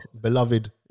beloved